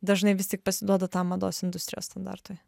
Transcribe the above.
dažnai vis tik pasiduoda tam mados industrijos standartui